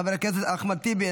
חבר הכנסת אחמד טיבי,